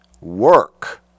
work